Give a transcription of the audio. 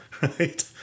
right